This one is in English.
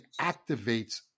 activates